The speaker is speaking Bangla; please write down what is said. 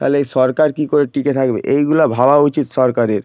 তাহলে সরকার কি করে টিকে থাকবে এইগুলা ভাবা উচিত সরকারের